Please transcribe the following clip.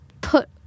put